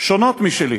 שונות משלי,